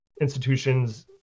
institutions